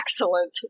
Excellent